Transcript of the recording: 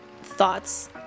thoughts